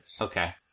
Okay